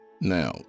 Now